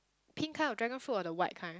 pink kind of dragon fruit or the white kind